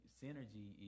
synergy